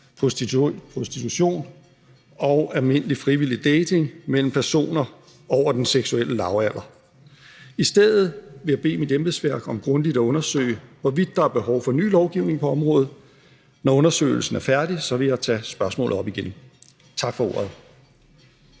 prostitution og almindelig frivillig dating mellem personer over den seksuelle lavalder. I stedet vil jeg bede mit embedsværk om grundigt at undersøge, hvorvidt der er behov for ny lovgivning på området. Når undersøgelsen er færdig, vil jeg tage spørgsmålet op igen. Tak for ordet.